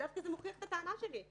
זה דווקא מוכיח את הטענה שלי.